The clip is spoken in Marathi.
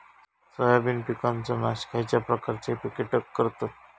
सोयाबीन पिकांचो नाश खयच्या प्रकारचे कीटक करतत?